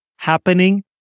happening